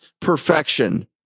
perfection